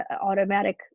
automatic